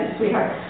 sweetheart